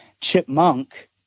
Chipmunk